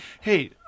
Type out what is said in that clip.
hey –